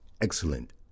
excellent